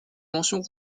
mention